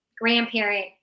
grandparent